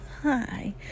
hi